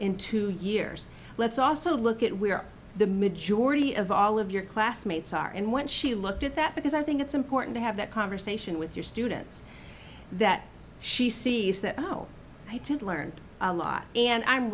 in two years let's also look at where the majority of all of your classmates are and when she looked at that because i think it's important to have that conversation with your students that she sees that i know i did learn a lot and i'm